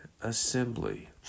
assembly